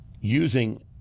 using